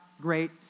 great